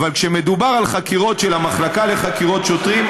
אבל כשמדובר על חקירות של המחלקה לחקירות שוטרים,